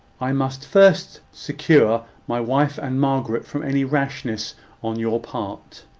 i must first secure my wife and margaret from any rashness on your part.